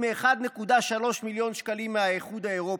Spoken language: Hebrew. מ-1.3 מיליון שקלים מהאיחוד האירופי.